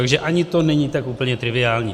Takže ani to není tak úplně triviální.